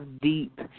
deep